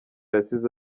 yasize